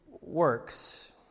works